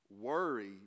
worry